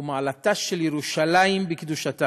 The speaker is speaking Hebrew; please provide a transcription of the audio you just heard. ומעלתה של ירושלים בקדושתה,